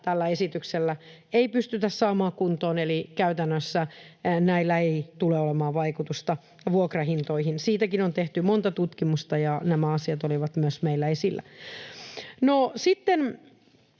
tällä esityksellä ei pystytä saamaan kuntoon eli käytännössä näillä ei tule olemaan vaikutusta vuokrahintoihin. Siitäkin on tehty monta tutkimusta, ja nämä asiat olivat myös meillä esillä. No, sitten